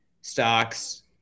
stocks